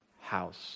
house